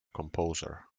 composer